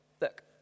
look